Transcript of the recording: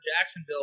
Jacksonville